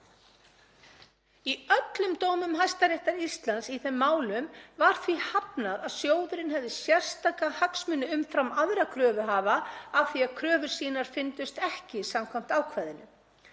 Í öllum dómum Hæstaréttar Íslands í þeim málum var því hafnað að sjóðurinn hefði sérstaka hagsmuni umfram aðra kröfuhafa af því að kröfur hans fyrndust ekki samkvæmt ákvæðinu.